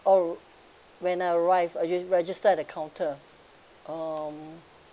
oh when I arrive re~ registered at the counter um